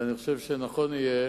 ואני חושב שנכון יהיה